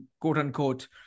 quote-unquote